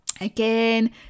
again